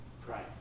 pray